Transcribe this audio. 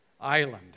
Island